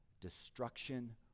destruction